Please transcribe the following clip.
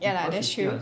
ya lah that's true